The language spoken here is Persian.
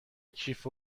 کیف